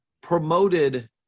promoted